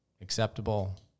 acceptable